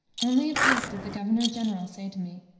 only of late did the governor-general say to me